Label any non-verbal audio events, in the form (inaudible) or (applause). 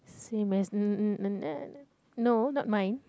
same as (noise) no not mine